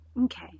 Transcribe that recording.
Okay